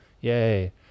Yay